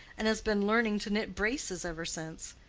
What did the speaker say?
and has been learning to knit braces ever since.